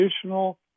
traditional